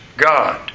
God